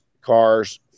cars